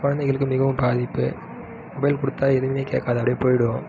குழந்தைகளுக்கு மிகவும் பாதிப்பு மொபைல் கொடுத்தா எதுவுமே கேட்காது அப்படியே போய்டும்